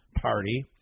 party